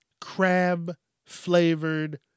crab-flavored